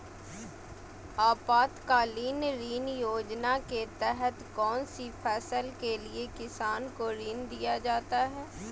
आपातकालीन ऋण योजना के तहत कौन सी फसल के लिए किसान को ऋण दीया जाता है?